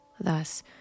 Thus